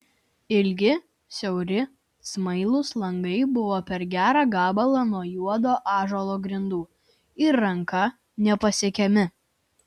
ilgi siauri smailūs langai buvo per gerą gabalą nuo juodo ąžuolo grindų ir ranka nepasiekiami